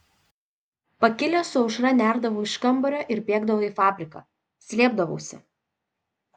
pakilęs su aušra nerdavau iš kambario ir bėgdavau į fabriką slėpdavausi